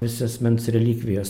visi asmens relikvijos